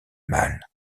mal